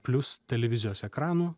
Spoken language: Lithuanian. plius televizijos ekranų